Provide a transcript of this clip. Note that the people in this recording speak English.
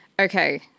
Okay